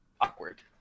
Awkward